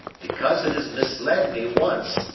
because it has misled me once,